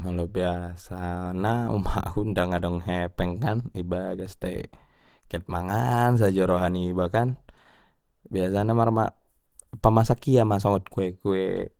Molo biasana um ahu dang hadong hepeng kan ibagas tai get mangan sajo roha niba kan biasana i pamasak ia ma songon kue kue